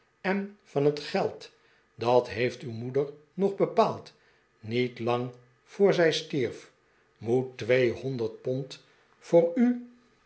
en van het geld dat heeft uw moeder nog bepaald niet lang voor zij stierf moet twee honderd pond voor u